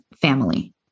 family